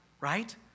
Right